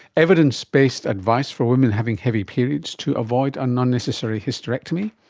evidence-based advice for women having heavy periods to avoid an unnecessary hysterectomy.